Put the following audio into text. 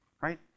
right